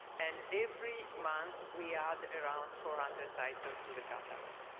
and every month, we add around four hundred title to the catalog.